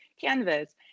canvas